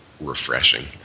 refreshing